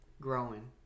growing